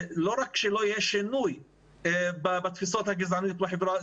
לא רק שלא יהיה שינוי בתפיסות הגזעניות בחברה,